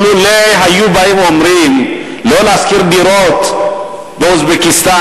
אם היו באים ואומרים לא להשכיר דירות באוזבקיסטן